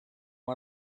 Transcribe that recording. one